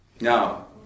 Now